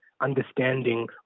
understanding